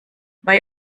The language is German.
bei